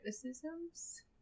criticisms